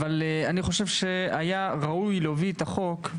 אני חושב שראוי היה להוביל את החוק,